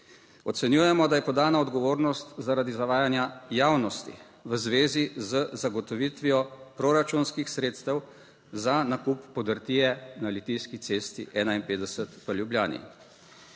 Ocenjujemo, da je podana odgovornost zaradi zavajanja javnosti v zvezi z zagotovitvijo proračunskih sredstev za nakup podrtije na Litijski cesti 51 v Ljubljani.